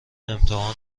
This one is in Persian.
امتحان